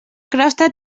crosta